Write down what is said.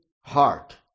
heart